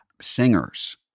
singers